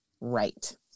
Right